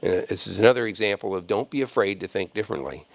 this is another example of don't be afraid to think differently.